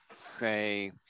say